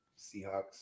Seahawks